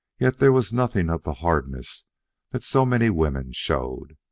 yet there was nothing of the hardness that so many women showed.